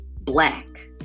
black